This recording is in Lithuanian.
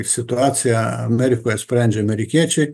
situaciją amerikoje sprendžia amerikiečiai